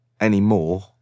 anymore